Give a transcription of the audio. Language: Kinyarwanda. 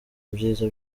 ibyiza